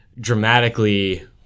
dramatically